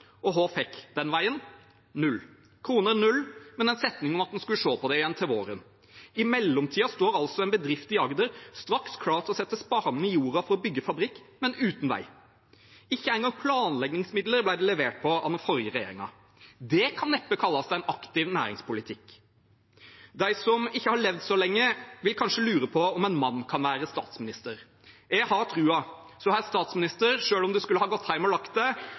og hva fikk den veien? Null – kr 0 – men en setning om at en skulle se på det igjen til våren. I mellomtiden står altså en bedrift i Agder straks klar til å sette spaden i jorda for å bygge fabrikk, men uten vei. Ikke engang planleggingsmidler ble det levert på av den forrige regjeringen. Det kan neppe kalles en aktiv næringspolitikk. De som ikke har levd så lenge, vil kanskje lure på om en mann kan være statsminister. Jeg har troen. Så herr statsminister, selv om du skulle ha gått